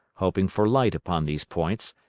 hoping for light upon these points,